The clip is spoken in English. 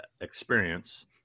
experience